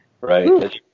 right